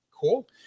Cool